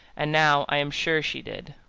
and now i am sure she did.